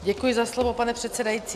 Děkuji za slovo, pane předsedající.